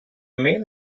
main